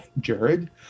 Jared